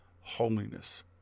holiness